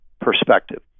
perspective